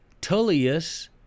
Tullius